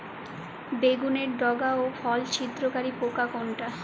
বেগুনের ডগা ও ফল ছিদ্রকারী পোকা কোনটা?